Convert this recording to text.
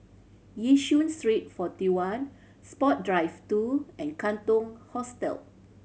Yishun Street Forty One Sport Drive two and Katong Hostel